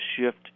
shift